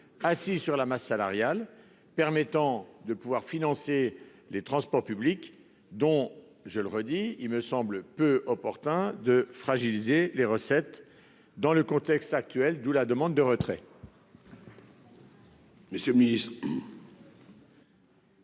assis sur la masse salariale, permettant de financer les transports publics, dont- je le répète -il me semble peu opportun de fragiliser les recettes dans le contexte actuel. La commission demande donc le retrait